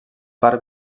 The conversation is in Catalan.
part